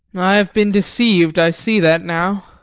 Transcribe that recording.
i have been deceived i see that now,